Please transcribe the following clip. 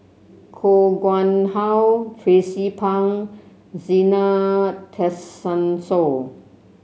Koh Nguang How Tracie Pang Zena Tessensohn